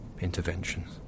interventions